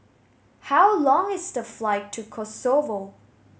how long is the flight to Kosovo